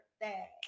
birthday